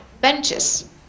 benches